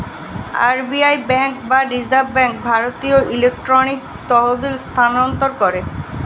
RBI বা reserve bank জাতীয় electronic তহবিল স্থানান্তর করে